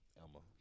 Elmo